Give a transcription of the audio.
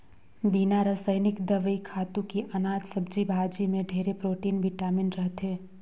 बिना रसइनिक दवई, खातू के अनाज, सब्जी भाजी में ढेरे प्रोटिन, बिटामिन रहथे